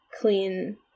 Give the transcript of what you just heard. clean